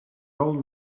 old